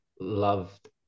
loved